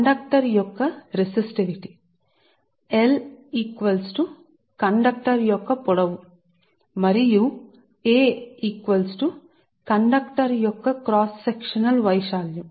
conductor యొక్క resistivity l L conductor యొక్క పొడవు మరియు A కండక్టర్ యొక్క క్రాస్ సెక్షనల్ఏరియా ప్రాంతం